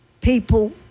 people